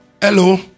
Hello